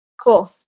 Cool